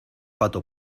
pato